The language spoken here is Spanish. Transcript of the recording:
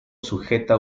sujeta